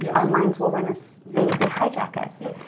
yeah our minds will run us, they they hijack us. yeah.